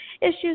issues